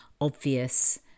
obvious